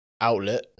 outlet